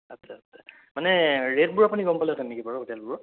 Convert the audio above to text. আচ্ছা আচ্ছা মানে ৰেটবোৰ আপুনি গম পালেহেঁতেন নেকি বাৰু হোটেলবোৰৰ